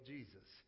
Jesus